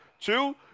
Two